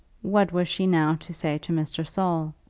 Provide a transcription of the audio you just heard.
what was she now to say to mr. saul?